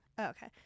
Okay